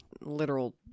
literal